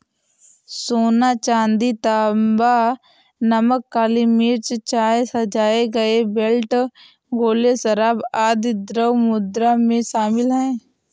सोना, चांदी, तांबा, नमक, काली मिर्च, चाय, सजाए गए बेल्ट, गोले, शराब, आदि द्रव्य मुद्रा में शामिल हैं